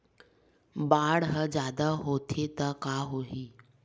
बाढ़ ह जादा होथे त का होही?